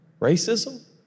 Racism